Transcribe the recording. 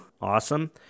Awesome